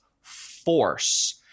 force